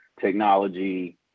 technology